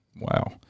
Wow